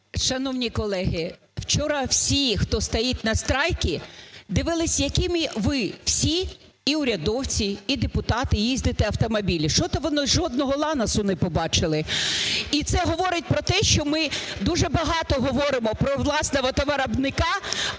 Шановні колеги, вчора всі, хто стоїть настрайке, дивилися, якими ви всі і урядовці, і депутати їздите автомобілями. Щось вони жодного "Ланосу" не побачили, і це говорить про те, що ми дуже багато говоримо про власного товаровиробника,